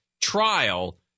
trial